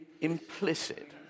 implicit